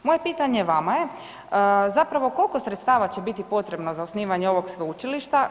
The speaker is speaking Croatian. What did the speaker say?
Moje pitanje vama je zapravo koliko sredstava će biti potrebno za osnivanje ovog sveučilišta?